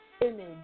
image